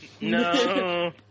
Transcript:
No